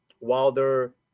Wilder